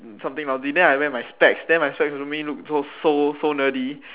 something lousy then I will wear my specs then my specs will make me look so so nerdy